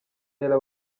ella